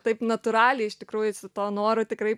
taip natūraliai iš tikrųjų to noro tikrai